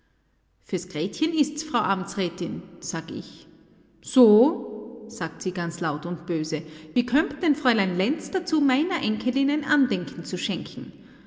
fürs gretchen ist's frau amtsrätin sag ich so sagt sie ganz laut und böse wie kömmt denn fräulein lenz dazu meiner enkelin ein andenken zu schenken